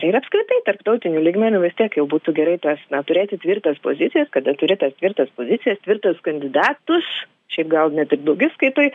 ir apskritai tarptautiniu lygmeniu vis tiek jau būtų gerai tas na turėti tvirtas pozicijas kada turi tas tvirtas pozicijas tvirtus kandidatus šiaip gal ne tik daugiskaitoj